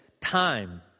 time